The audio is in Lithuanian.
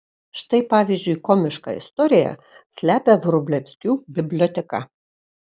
štai pavyzdžiui komišką istoriją slepia vrublevskių biblioteka